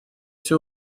все